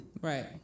Right